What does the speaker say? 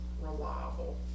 reliable